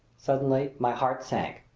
suddenly my heart sank.